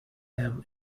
them